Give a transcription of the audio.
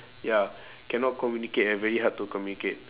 ya cannot communicate ah very hard to communicate